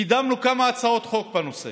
קידמנו כמה הצעות חוק בנושא